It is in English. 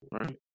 Right